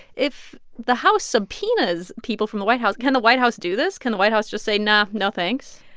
if the house subpoenas people from the white house, can the white house do this? can the white house just say, nah, no thanks?